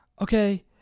okay